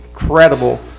incredible